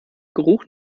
geruch